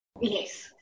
Yes